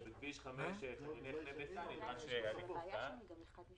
ובכביש 5 --- זה לגבי